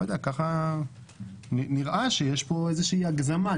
נראה שיש פה הגזמה.